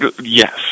yes